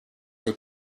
with